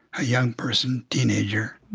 a young person, teenager.